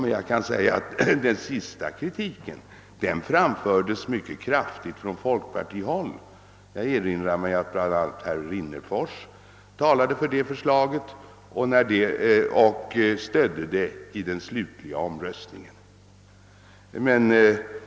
Mycket kraftig kritik restes vid detta tillfälle från folkpartihåll, och jag erinrar mig att herr Rimmerfors talade för det sistnämnda förslaget och även stödde det i den slutliga omröstningen.